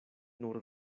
nur